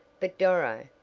but doro,